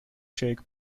shake